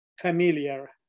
familiar